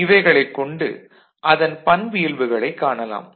இவைகளைக் கொண்டு அதன் பண்பியல்புகளைக் காணலாம்